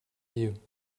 you